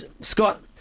Scott